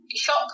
shock